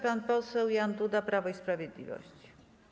Pan poseł Jan Duda, Prawo i Sprawiedliwość.